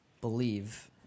believe